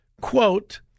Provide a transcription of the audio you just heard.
quote